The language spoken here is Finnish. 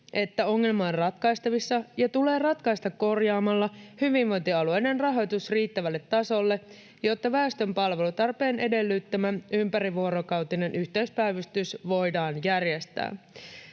että ”ongelma on ratkaistavissa ja tulee ratkaista korjaamalla hyvinvointialueiden rahoitus riittävälle tasolle, jotta väestön palvelutarpeen edellyttämä ympärivuorokautinen yhteispäivystys voidaan järjestää".